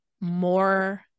more